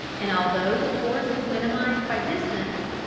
and although the force is minimized by distance,